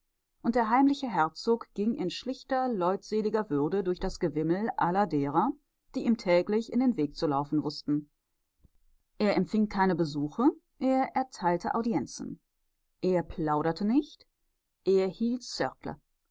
und der heimliche herzog ging in schlichter leutseliger würde durch das gewimmel aller derer die ihm täglich in den weg zu laufen wußten er empfing keine besuche er erteilte audienzen er plauderte nicht er hielt